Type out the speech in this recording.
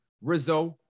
Rizzo